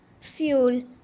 fuel